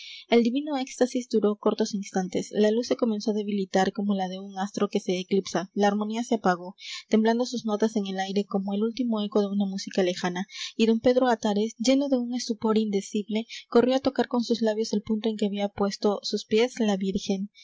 el divino éxtasis duró cortos instantes la luz se comenzó á debilitar como la de un astro que se eclipsa la armonía se apagó temblando sus notas en el aire como el último eco de una música lejana y don pedro atares lleno de un estupor indecible corrió á tocar con sus labios el punto en que había puesto sus pies la virgen